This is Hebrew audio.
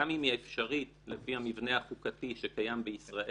גם אם היא אפשרית לפי המבנה החוקתי שקיים בישראל,